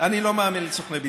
אני לא מאמין לסוכני ביטוח,